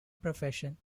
profession